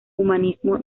humanismo